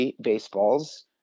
baseballs